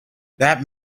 that